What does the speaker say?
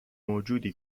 موجودی